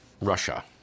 Russia